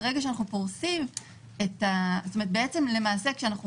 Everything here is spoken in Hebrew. ברגע שאנחנו פורסים את למעשה כשאנחנו